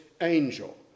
angel